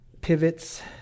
pivots